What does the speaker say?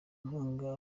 inkunga